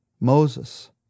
Moses